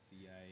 CIA